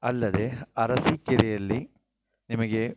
ಅಲ್ಲದೇ ಅರಸೀಕೆರೆಯಲ್ಲಿ ನಿಮಗೆ